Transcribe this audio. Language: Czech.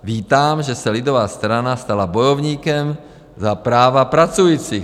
Vítám, že se lidová strana stala bojovníkem za práva pracujících.